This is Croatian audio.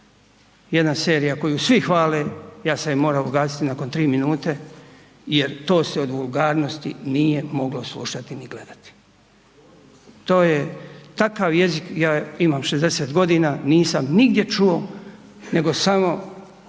jedna serija koju svi hvale, ja se morao ugasiti nakon 3 minute jer to se od vulgarnosti nije moglo slušati ni gledati. To je takav jezik, ja imam 60 g., nisam nigdje čuo nego samo